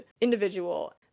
individual